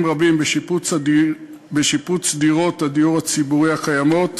רבים בשיפוץ דירות הדיור הציבורי הקיימות,